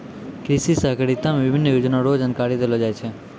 कृषि सहकारिता मे विभिन्न योजना रो जानकारी देलो जाय छै